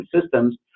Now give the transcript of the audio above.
systems